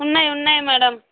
ఉన్నాయి ఉన్నాయి మ్యాడమ్